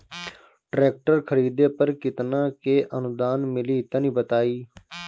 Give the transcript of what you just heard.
Tractor खरीदे पर कितना के अनुदान मिली तनि बताई?